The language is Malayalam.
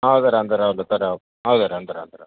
ആ തരാം തരാം തരാം ആ തരാം തരാം തരാം തരാം